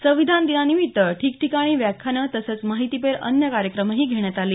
संविधानदिनानिमित्त ठिकठिकाणी व्याख्यान तसंच माहितीपर अन्य कार्यक्रमही घेण्यात आले